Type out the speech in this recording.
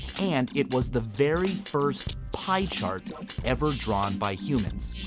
and it was the very first piechart ever drawn by humans.